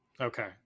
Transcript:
Okay